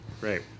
Great